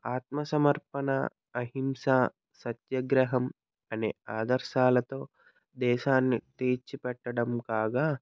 ఆత్మ సమర్పణ అహింస సత్యాగ్రహం అనే ఆదర్శాలతో దేశాన్ని తీర్చి పెట్టడం కాగా